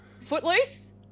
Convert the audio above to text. Footloose